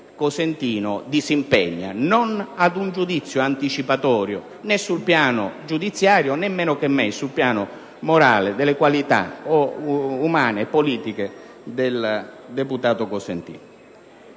Cosentino disimpegna e non ad un giudizio anticipatorio, né sul piano giudiziario, né meno che mai sul piano morale, delle qualità umane e politiche del deputato Cosentino.